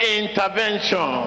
intervention